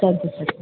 thank you sir